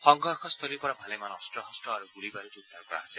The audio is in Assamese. সংঘৰ্যস্থলীৰ পৰা ভালেমান অস্ত্ৰ শস্ত্ৰ আৰু গুলী বাৰুদ উদ্ধাৰ কৰা হৈছে